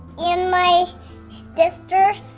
and my sister,